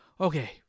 okay